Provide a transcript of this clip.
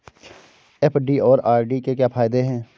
FD और RD के क्या फायदे हैं?